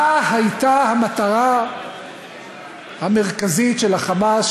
מה הייתה המטרה המרכזית של ה"חמאס",